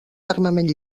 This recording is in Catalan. fermament